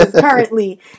currently